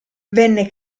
venne